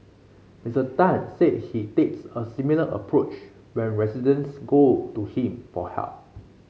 Mister Tan said he takes a similar approach when residents go to him for help